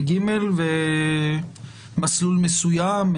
מסלול מסוים?